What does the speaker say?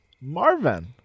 Marvin